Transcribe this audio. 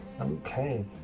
Okay